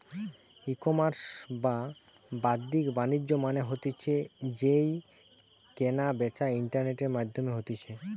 ecommerce বা বাদ্দিক বাণিজ্য মানে হতিছে যেই কেনা বেচা ইন্টারনেটের মাধ্যমে হতিছে